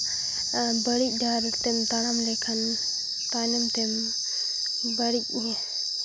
ᱵᱟᱹᱲᱤᱡ ᱰᱟᱦᱟᱨ ᱛᱮᱢ ᱛᱟᱲᱟᱢ ᱞᱮᱠᱷᱟᱱ ᱛᱟᱭᱱᱚᱢ ᱛᱮ ᱵᱟᱹᱲᱤᱡ